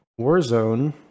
warzone